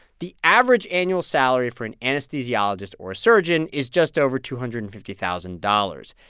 the average annual salary for an anesthesiologist or a surgeon is just over two hundred and fifty thousand dollars.